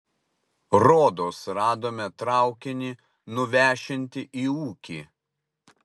rodos radome traukinį nuvešiantį į ūkį